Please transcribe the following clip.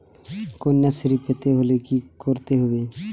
কন্যাশ্রী পেতে হলে কি করতে হবে?